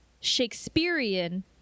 Shakespearean